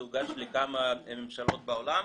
זה הוגש לכמה ממשלות בעולם,